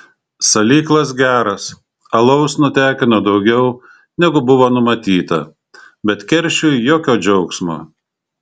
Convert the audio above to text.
salyklas geras alaus nutekino daugiau negu buvo numatyta bet keršiui jokio džiaugsmo